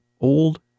old